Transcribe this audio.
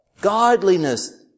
godliness